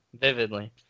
vividly